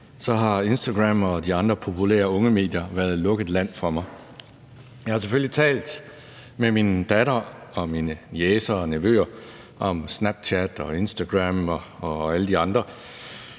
så har Instagram og de andre populære ungemedier været lukket land for mig. Jeg har selvfølgelig talt med min datter og mine niecer og nevøer om Snapchat og Instagram og alle de andre,